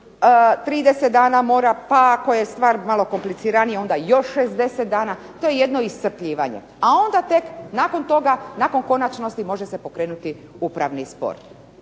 30 dana mora, pa ako je stvar malo kompliciranija onda još 60 dana. To je jedno iscrpljivanje. A onda tek nakon toga, nakon konačnosti može se pokrenuti upravni spor.